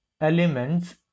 elements